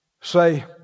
Say